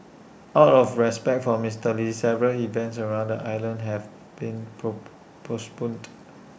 out of respect for Mister lee several events around the island have been postponed